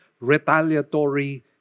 retaliatory